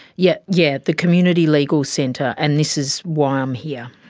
yeah yeah the community legal centre, and this is why i'm here.